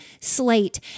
slate